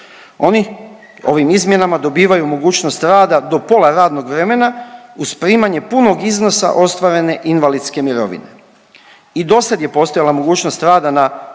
Oni ovim izmjenama dobivaju mogućnost rada do pola radnog vremena uz primanje punog iznosa ostvarene invalidske mirovine. I do sad je postojala mogućnost rada na